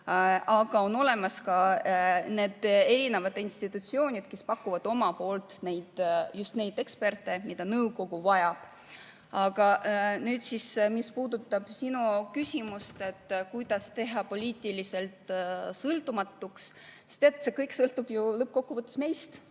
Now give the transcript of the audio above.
aga on olemas ka need institutsioonid, kes pakuvad omalt poolt just neid eksperte, mida nõukogu vajab. Aga mis puudutab sinu küsimust, kuidas teha seda poliitiliselt sõltumatuks, siis see kõik sõltub ju lõppkokkuvõttes meist,